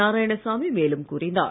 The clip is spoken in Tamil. நாராயணசாமி மேலும் கூறினார்